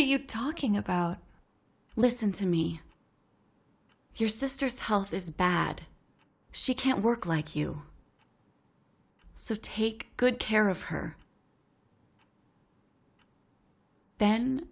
you talking about listen to me your sister's health is bad she can't work like you so take good care of her then